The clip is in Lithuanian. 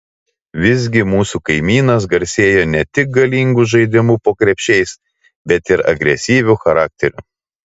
visgi mūsų kaimynas garsėjo ne tik galingu žaidimu po krepšiais bet ir agresyviu charakteriu